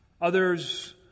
Others